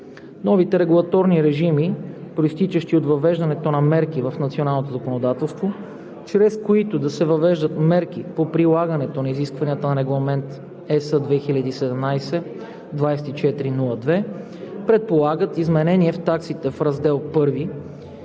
Новите регулаторни режими, произтичащи от въвеждането на мерки в националното законодателство, чрез които да се въвеждат мерки по прилагането на изискванията на Регламент (ЕС) 2017/2402, предполагат изменение в таксите в Раздел I,